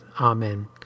Amen